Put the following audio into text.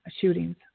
shootings